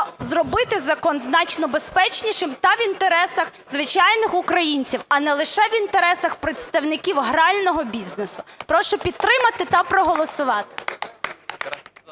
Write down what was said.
зробити закон значно безпечнішим та в інтересах звичайних українців, а не лише в інтересах представників грального бізнесу. Прошу підтримати та проголосувати.